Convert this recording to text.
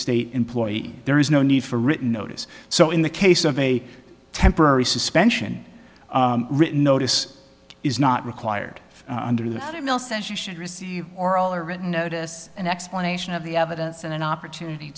state employee there is no need for written notice so in the case of a temporary suspension written notice is not required under the female says you should receive oral or written notice an explanation of the evidence and an opportunity